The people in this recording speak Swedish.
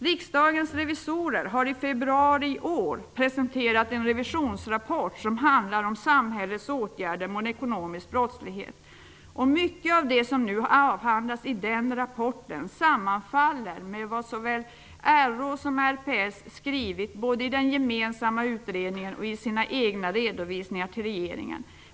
Riksdagens revisorer har i februari i år presenterat en revisionsrapport som handlar om samhällets åtgärder mot ekonomisk brottslighet. Mycket av det som avhandlas i rapporten sammanfaller med vad såväl RÅ som RPS skrivit både i den gemensamma utredningen och i sina egna redovisningar till regeringen.